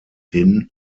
hin